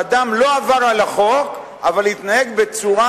שאדם לא עבר על החוק אבל התנהג בצורה